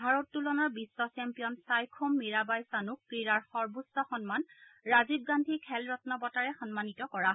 ভাৰতোলনৰ বিশ্ব চেম্পিয়ন চাইখোম মীৰাবাই চানুক ক্ৰীড়াৰ সৰ্বোচ্চ সন্মান ৰাজীৱ গান্ধী খেল ৰম্ম বঁটাৰে সন্মানীত কৰা হয়